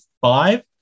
five